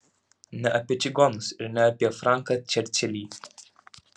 ne apie čigonus ir ne apie franką čerčilį